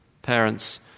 Parents